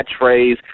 catchphrase